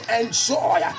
enjoy